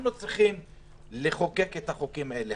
אנחנו צריכים לחוקק את החוקים האלה.